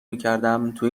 میکردم، تو